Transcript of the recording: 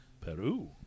Peru